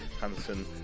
Hanson